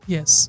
Yes